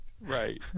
Right